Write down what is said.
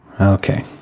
okay